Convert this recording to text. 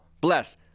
bless